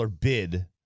bid